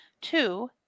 Two